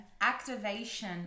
Activation